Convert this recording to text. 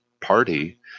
party